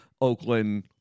Oakland